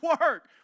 work